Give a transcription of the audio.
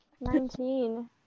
Nineteen